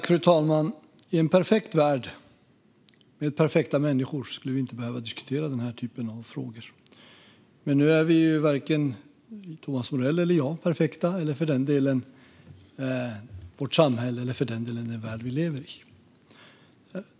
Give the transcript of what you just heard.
Fru talman! I en perfekt värld med perfekta människor skulle vi inte behöva diskutera den här typen av frågor. Men nu är ju varken Thomas Morell eller jag perfekt eller för den delen vårt samhälle eller den värld vi lever i.